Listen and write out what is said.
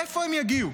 מאיפה הם יגיעו?